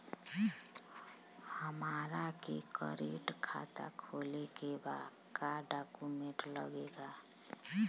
हमारा के करेंट खाता खोले के बा का डॉक्यूमेंट लागेला?